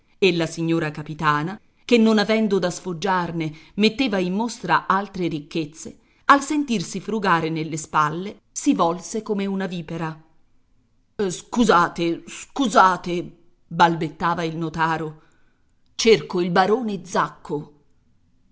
e la signora capitana che non avendo da sfoggiarne metteva in mostra altre ricchezze al sentirsi frugare nelle spalle si volse come una vipera scusate scusate balbettava il notaro cerco il barone zacco